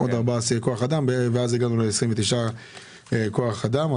4 שיא כוח אדם, ואז הגענו ל-29 בכוח אדם.